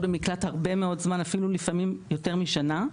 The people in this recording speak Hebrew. במקלט הרבה מאוד זמן ואפילו לפעמים יותר משנה,